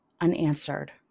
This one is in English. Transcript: unanswered